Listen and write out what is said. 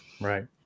Right